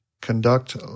Conduct